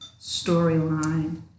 storyline